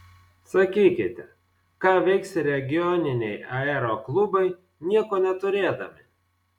sakykite ką veiks regioniniai aeroklubai nieko neturėdami